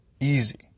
Easy